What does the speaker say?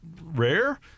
rare